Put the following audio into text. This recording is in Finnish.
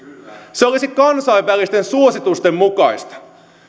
se olisi kansainvälisten suositusten mukaista